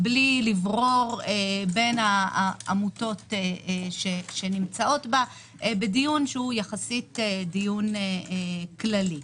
בלי לברור בין העמותות שנמצאות בה בדיון שהוא יחסית דיון כללי.